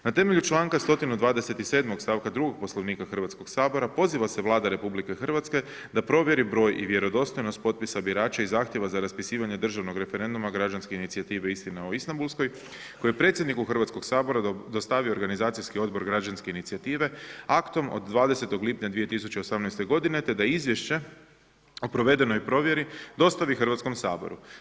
Na temelju čl. 127. stavka 2 Poslovnika Hrvatskog sabora poziva se Vlada Republike Hrvatske da provjeri broj i vjerodostojnost potpisa birača i zahtjeva za raspisivanje državnog referenduma građanske inicijative istina o Istambulskoj, kojoj predsjedniku Hrvatskog sabora dostavio organizacijski odbor građanske inicijative aktom od 20.6.2018. g. te da izvješće o provedenoj provjeri dostavi Hrvatskom saboru.